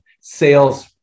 sales